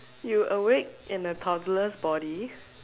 you awake in a toddler's body